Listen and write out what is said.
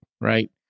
Right